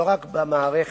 לא רק במערכת